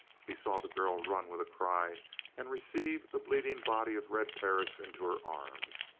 he saw the girl run with a cry and receive the bleeding body of red perris into her arms.